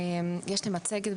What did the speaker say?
אציג מצגת.